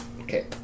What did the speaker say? okay